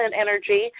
energy